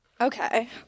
okay